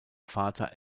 vater